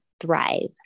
thrive